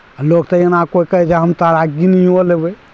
लोक तऽ एना कोइ कहै छै हम तारा गिनिओ लेबै